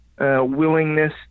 Willingness